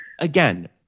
again